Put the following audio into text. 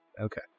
Okay